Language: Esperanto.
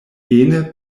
ene